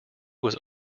was